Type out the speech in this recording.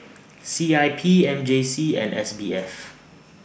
C I P M J C and S B F